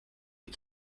ich